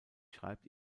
schreibt